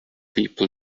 people